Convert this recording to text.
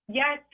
Yes